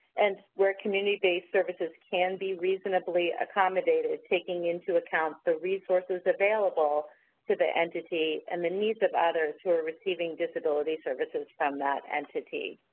and where community-based services can be reasonably accommodated taking into account the resources available to the entity and the needs of others who are receiving disability services from that entity.